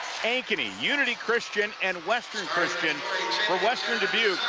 unity christian and western christian for western dubuque,